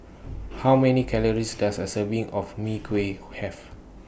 How Many Calories Does A Serving of Mui Kee Have